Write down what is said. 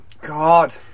God